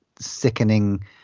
sickening